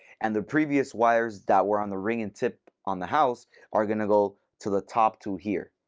and the previous wires that were on the ring and tip on the house are going to go to the top two here,